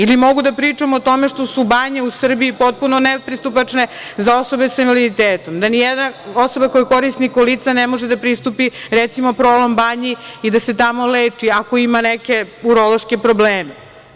Ili, mogu da pričam o tome što su banje u Srbiji potpuno nepristupačne za osobe sa invaliditetom, da ni jedna osoba koja koristi kolica, ne može da pristupi, recimo Prolom banji i da se tamo leči, ako ima neke urološke probleme.